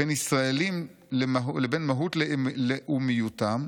בין ישראלים לבין מהות לאומיותם,